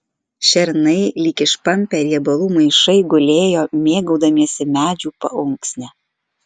šernai lyg išpampę riebalų maišai gulėjo mėgaudamiesi medžių paunksne